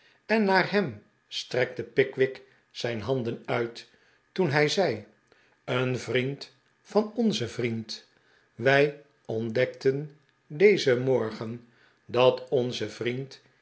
en naar hem strekte pickwick zijn hand uit toen hij zei een vriend van onzen vriend wij ontdekten dezen morgen dat onze vriend